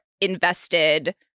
invested